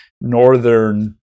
northern